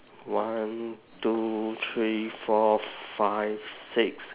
one two three four five six